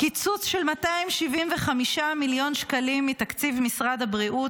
קיצוץ של 275 מיליון שקלים מתקציב משרד הבריאות,